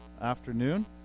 afternoon